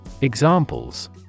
Examples